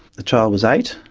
the child was eight,